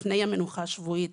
לפני המנוחה השבועית